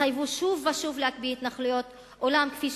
התחייבו שוב ושוב להקפיא התנחלויות, אולם כפי